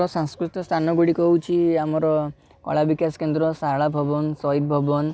ଆମର ସାଂସ୍କୃତିକ ସ୍ଥାନ ଗୁଡ଼ିକ ହେଉଛି ଆମର କଳା ବିକାଶ କେନ୍ଦ୍ର ସାରଳା ଭବନ ଶହୀଦ ଭବନ